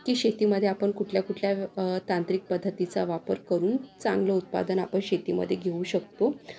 की शेतीमध्ये आपण कुठल्या कुठल्या तांत्रिक पद्धतीचा वापर करून चांगलं उत्पादन आपण शेतीमध्ये घेऊ शकतो